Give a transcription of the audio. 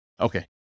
Okay